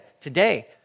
today